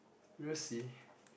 we'll see